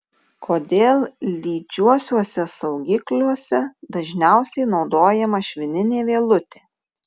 kodėl lydžiuosiuose saugikliuose dažniausiai naudojama švininė vielutė